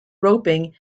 roping